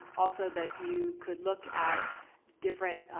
also, that you could look at different.